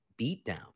beatdown